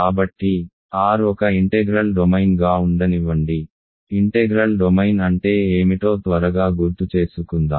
కాబట్టి R ఒక integral డొమైన్గా ఉండనివ్వండి ఇంటెగ్రల్ డొమైన్ అంటే ఏమిటో త్వరగా గుర్తుచేసుకుందాం